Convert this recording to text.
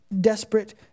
desperate